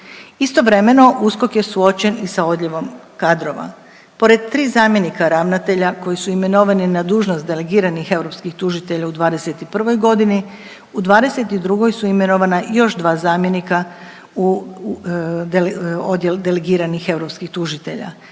Istovremeno USKOK je suočen i sa odljevom kadrova, pored tri zamjenika ravnatelja koji su imenovani na dužnost delegiranih europskih tužitelja u '21.g., u '22. su imenovana još dva zamjenika u odjel delegiranih europskih tužitelja,